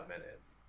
minutes